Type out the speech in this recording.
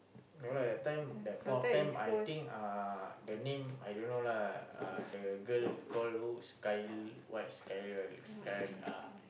ya lah that time that point of time I think uh the name I don't know lah uh the girl call who's sky what sky sky uh